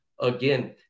Again